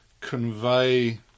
convey